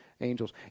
angels